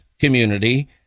community